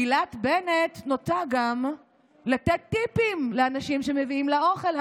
גילת בנט נוטה גם לתת טיפים לאנשים שמביאים לה אוכל,